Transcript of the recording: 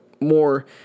more